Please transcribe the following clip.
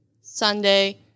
Sunday